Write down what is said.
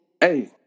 Hey